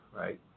right